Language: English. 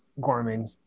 Gorman